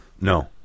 No